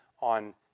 on